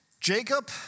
Jacob